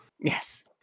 Yes